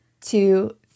two